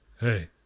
Hey